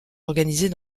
organisés